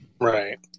Right